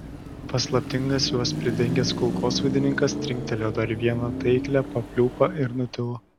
paslaptingas juos pridengęs kulkosvaidininkas trinktelėjo dar vieną taiklią papliūpą ir nutilo